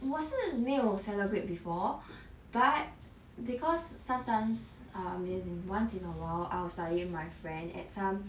我是没有 celebrate before but because sometimes um as in once in a while I will study my friend at some